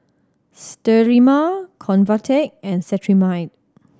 Sterimar Convatec and Cetrimide